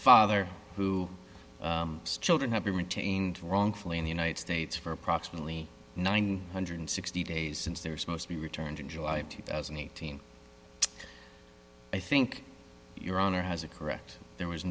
father who children have been retained wrongfully in the united states for approximately nine hundred and sixty days since they're supposed to be returned in july of two thousand and eighteen i think your honor has a correct there was